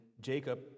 Jacob